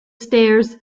stairs